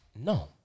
No